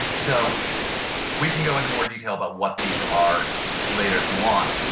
so we can go into more detail about what these are later if you want.